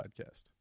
podcast